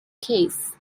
case